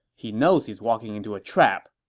he knows he's walking into a trap,